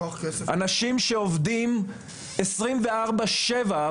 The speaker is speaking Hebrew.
אנשים שעובדים עשרים וארבע-שבע,